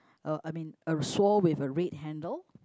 uh I mean a saw with a red handle